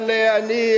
אבל אני,